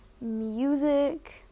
music